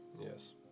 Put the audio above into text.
Yes